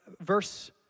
verse